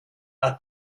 are